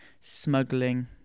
smuggling